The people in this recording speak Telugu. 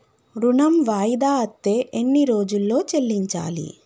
ఋణం వాయిదా అత్తే ఎన్ని రోజుల్లో చెల్లించాలి?